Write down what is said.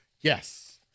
Yes